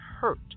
hurt